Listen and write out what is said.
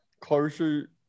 closer